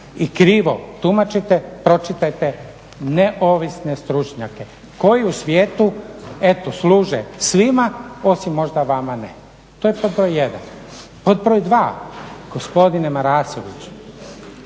i krivo tumačite pročitajte neovisne stručnjake koji u svijetu eto služe svima osim možda vama ne, to je pod broj jedan. Pod broj dva, gospodine Marasoviću,